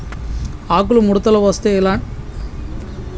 ఆకులు ముడతలు వస్తే ఎటువంటి మందులు వాడాలి?